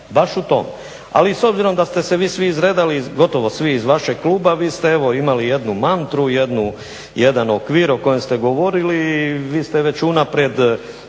baš u tom. Ali s obzirom da ste se vi svi izredali gotovo svi iz vašeg kluba, vi ste imali jednu mantru jedan okvir o kojem ste govorili i vi ste već unaprijed